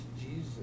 Jesus